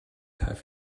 have